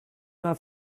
not